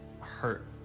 hurt